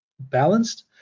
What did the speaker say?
Balanced